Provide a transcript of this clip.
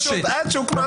שלו, שעיסוקו הוא